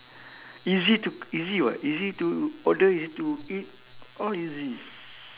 easy to easy [what] easy to order easy to eat all easy